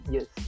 Yes